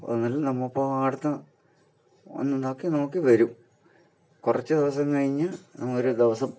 ഒന്നില്ലെങ്കിൽ നമുക്ക് അടുത്ത് ഒന്ന് നോക്കി നോക്കി വരും കുറച്ച് ദിവസം കഴിഞ്ഞ് ഒരു ദിവസം